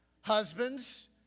Husbands